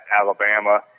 Alabama